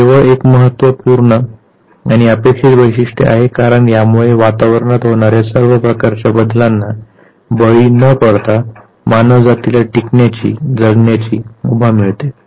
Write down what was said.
हे केवळ एक महत्वपूर्ण आणि अपेक्षित वैशिष्ट्य आहे कारण यामुळे वातावरणात होणार्या सर्व प्रकारच्या बदलांन बळी न पडता मानवजातीला टिकण्याची जगण्याची मुभा मिळते